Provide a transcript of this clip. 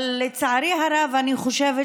אבל לצערי הרב, אני חושבת